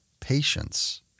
patience